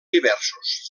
diversos